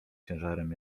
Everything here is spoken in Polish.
ciężarem